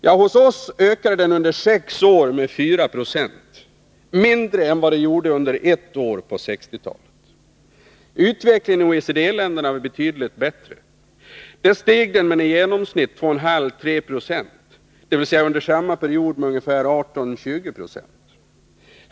Hos oss ökade bruttonationalprodukten under sex år med 4 90 — mindre än vad den gjorde på ett år under 1960-talet. Utvecklingen i OECD-länderna var betydligt bättre. Där steg bruttonationalprodukten med i genomsnitt 2,5-3 20, dvs. under samma period med ungefär 18-20 20.